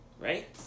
right